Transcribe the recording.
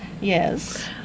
Yes